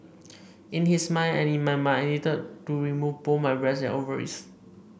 in his mind and in my mind I needed to remove both my breasts and ovaries